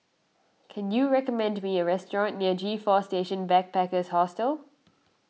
can you recommend me a restaurant near G four Station Backpackers Hostel